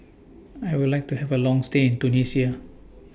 I Would like to Have A Long stay in Tunisia